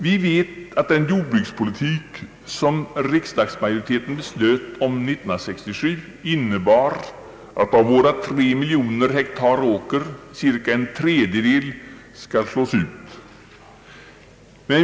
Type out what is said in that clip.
Vi vet att den jordbrukspolitik, som riksdagsmajoriteten beslutade 1967, innebär att av våra tre miljoner hektar åker cirka en tredjedel skall slås ut.